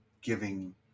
giving